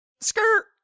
skirt